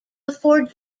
before